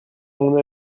mon